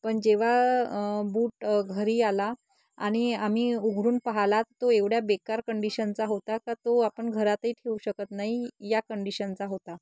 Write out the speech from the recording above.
पण जेव्हा बूट घरी आला आणि आम्ही उघडून पाहाला तो एवढा बेकार कंडिशनचा होता का तो आपण घरातही ठेऊ शकत नाही या कंडिशनचा होता